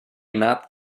not